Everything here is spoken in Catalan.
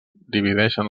divideixen